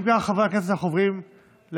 אם כך, חברי הכנסת, אנחנו עוברים להצבעה.